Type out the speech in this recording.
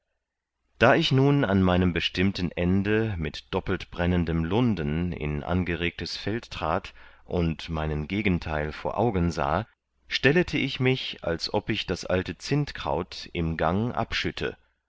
da ich nun an meinem bestimmten ende mit doppeltbrennendem lunden in angeregtes feld trat und meinen gegenteil vor augen sahe stellete ich mich als ob ich das alte zindkraut im gang abschütte